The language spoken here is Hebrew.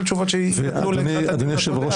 אדוני היושב-ראש,